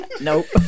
nope